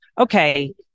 okay